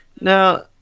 Now